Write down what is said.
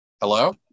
Hello